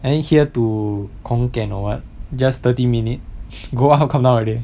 I think here to khon kean or what just thirty minute go up come down already